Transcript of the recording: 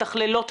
מתכללות,